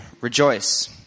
Rejoice